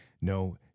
no